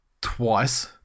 twice